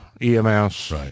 EMS